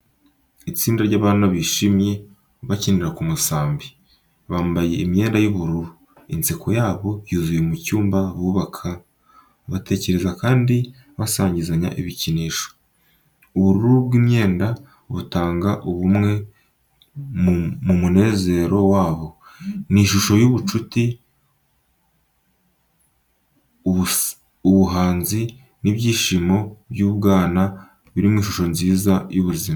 Itsinda ry'abana bishimye bakinira ku musambi, bambaye imyenda y’ubururu. Inseko yabo yuzuye mu cyumba bubaka, batekereza kandi basangizanya ibikinisho. Ubururu bw’imyenda butanga ubumwe mu munezero wabo. Ni ishusho y’ubucuti, ubuhanzi n’ibyishimo by’ubwana biri mu ishusho nziza y’ubuzima.